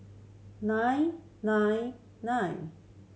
nine nine nine